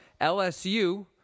LSU